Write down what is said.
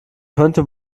könnte